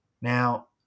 Now